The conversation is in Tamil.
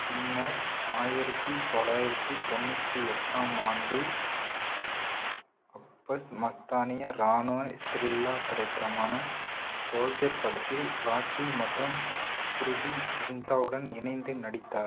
பின்னர் ஆயிரத்தி தொள்ளாயிரத்தி தொண்ணூற்றி எட்டாம் ஆண்டில் அப்பஸ் மஸ்தானிய ராணுவ ஸ்த்ரில்லா திரைப்படமான சோல்ஜர் படத்தில் ராக்கி மற்றும் ப்ரிதி ஜிந்தாவுடன் இணைந்து நடித்தார்